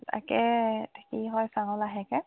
তাকে এতিয়া কি হয় চাওঁ লাহেকে